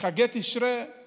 חגי תשרי הם